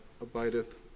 abideth